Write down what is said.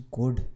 good